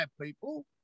people